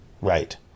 Right